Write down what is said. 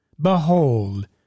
behold